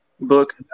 book